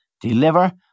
deliver